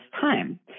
time